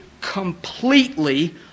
completely